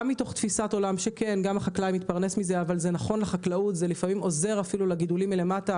גם החקלאי מתפרנס מזה וזה גם עוזר לגידולים מלמטה,